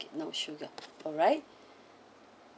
no sugar alright